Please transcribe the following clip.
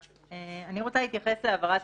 רוצה להתייחס להעברת